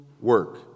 work